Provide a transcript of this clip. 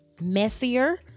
messier